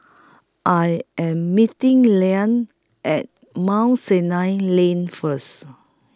I Am meeting Lien At Mount Sinai Lane First